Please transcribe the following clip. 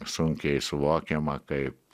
sunkiai suvokiama kaip